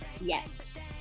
Yes